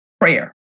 prayer